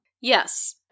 Yes